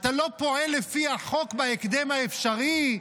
אתה לא פועל לפי החוק בהקדם האפשרי.